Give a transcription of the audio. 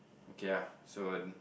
okay ah soon